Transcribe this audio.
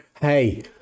Hey